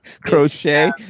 Crochet